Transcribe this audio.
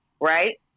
right